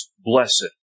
blessed